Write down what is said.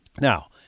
Now